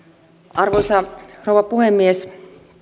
arvoisa rouva puhemies